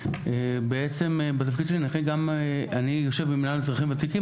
בתפקיד שלי אני יושב במינהל אזרחים ותיקים